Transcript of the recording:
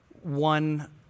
one